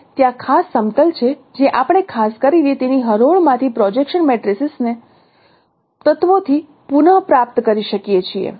અને ત્યાં ખાસ સમતલ છે જે આપણે ખાસ કરીને તેની હરોળમાંથી પ્રોજેક્શન મેટ્રિસિસ તત્વોથી પુન પ્રાપ્ત કરી શકીએ છીએ